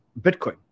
Bitcoin